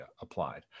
applied